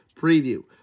preview